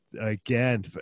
again